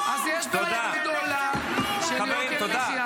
חברים, תודה.